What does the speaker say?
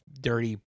dirty